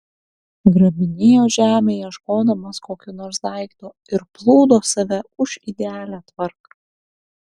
grabinėjo žemę ieškodamas kokio nors daikto ir plūdo save už idealią tvarką